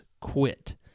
quit